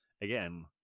again